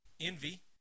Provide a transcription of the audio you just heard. Envy